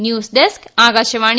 news desk Akashvani